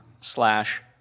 slash